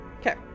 Okay